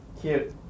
cute